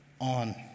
on